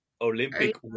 Olympic